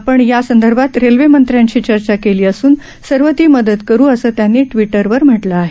आपण या संदर्भात रेल्वे मंत्र्यांशी चर्चा केली असून सर्व ती मदत करु असं त्यांनी ट्वीटरवर म्हटलं आहे